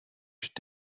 should